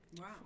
Wow